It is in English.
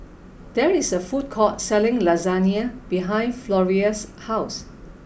there is a food court selling Lasagne behind Florrie's house